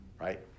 Right